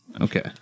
Okay